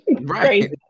Right